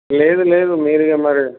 లేదు లేదు మీరు ఇంకా మరి